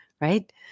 right